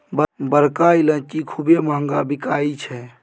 बड़का ईलाइची खूबे महँग बिकाई छै